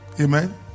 Amen